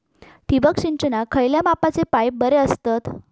ठिबक सिंचनाक खयल्या मापाचे पाईप बरे असतत?